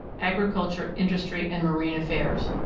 agriculture, industry, and marine affairs.